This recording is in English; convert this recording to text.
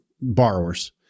borrowers